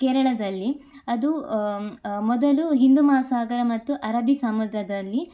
ಕೇರಳದಲ್ಲಿ ಅದು ಮೊದಲು ಹಿಂದೂ ಮಹಾಸಾಗರ ಮತ್ತು ಅರಬ್ಬೀ ಸಮುದ್ರದಲ್ಲಿ